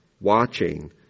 watching